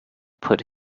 put